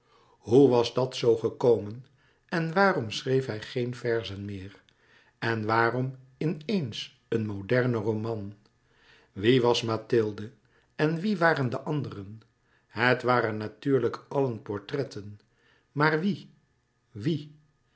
hoe was dat zoo gekomen en waarom schreef hij geen verzen meer en waarom in eens een modernen roman wie was mathilde en wie waren de anderen het waren natuurlijk allen portretten maar wie wie